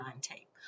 tape